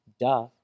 Duh